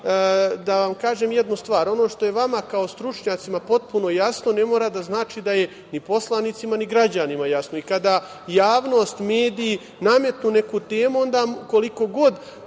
da vam kažem jednu stvar ono što je vama kao stručnjacima potpuno jasno ne mora da znači da je ni poslanicima, ni građanima jasno. Kada javnost, mediji nametnu neku temu onda koliko god